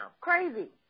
crazy